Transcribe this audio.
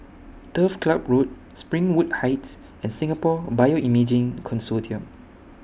Turf Club Road Springwood Heights and Singapore Bioimaging Consortium